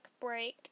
break